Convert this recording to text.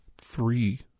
three